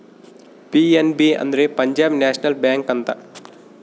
PNB ಅಂದ್ರೆ Punjab National Bank ಅಂತ